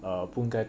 err 不应该